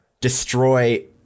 destroy